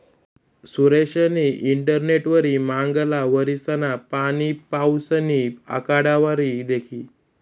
सुरेशनी इंटरनेटवरी मांगला वरीसना पाणीपाऊसनी आकडावारी दखी